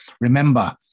Remember